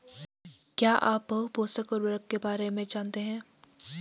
क्या आप बहुपोषक उर्वरक के बारे में जानते हैं?